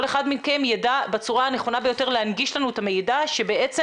כל אחד מכם ידע בצורה הנכונה ביותר להנגיש לנו את המידע שבעצם